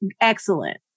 excellent